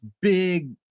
big